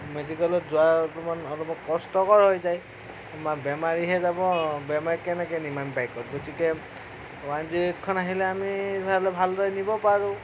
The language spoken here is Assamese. মেডিকেলত যোৱাৰ অকমান অলপমান কষ্টকৰ হৈ যায় মা বেমাৰীহে যাব বেমাৰীক কেনেকৈ নিম ইমান বাইকত গতিকে ওৱান জিৰ' এইটখন আহিলে আমি ভাল ভালদৰে নিব পাৰোঁ